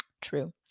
True